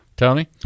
Tony